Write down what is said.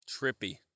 Trippy